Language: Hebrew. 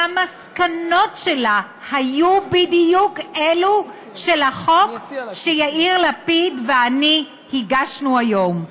והמסקנות שלה היו בדיוק אלו של החוק שיאיר לפיד ואני הגשנו היום.